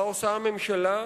מה עושה הממשלה?